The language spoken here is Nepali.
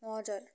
हजुर